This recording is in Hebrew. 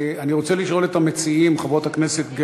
אני רוצה לשאול את המציעים, חברות הכנסת,